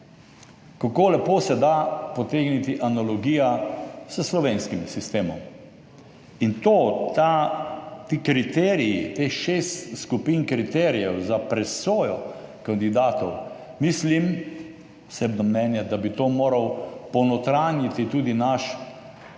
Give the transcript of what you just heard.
Kako lepo se da potegniti analogijo s slovenskim sistemom. In te kriterije, teh šest skupin kriterijev za presojo kandidatov, mislim, da bi moral ponotranjiti tudi naš Sodni